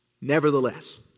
Nevertheless